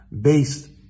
based